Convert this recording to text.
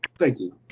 thank you.